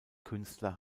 künstler